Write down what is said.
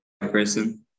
person